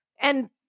and-